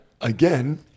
again